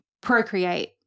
Procreate